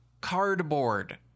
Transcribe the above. cardboard